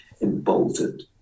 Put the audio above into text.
emboldened